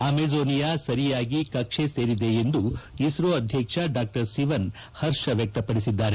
Amazonia ಸರಿಯಾಗಿ ಕಕ್ಷೆ ಸೇರಿದೆ ಎಂದು ಇಸ್ತೋ ಅಧ್ಯಕ್ಷ ಡಾ ಸಿವನ್ ಹರ್ಷ ವ್ಯಕ್ತಪಡಿಸಿದ್ದಾರೆ